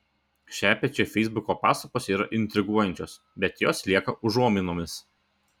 šepečio feisbuko pastabos yra intriguojančios bet jos lieka užuominomis